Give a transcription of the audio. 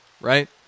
right